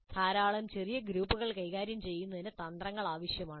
ധാരാളം ചെറിയ ഗ്രൂപ്പുകൾ കൈകാര്യം ചെയ്യുന്നതിന് തന്ത്രങ്ങൾ ആവശ്യമാണ്